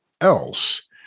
else